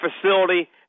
facility